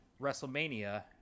WrestleMania